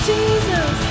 Jesus